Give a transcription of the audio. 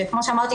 שכמו שאמרתי,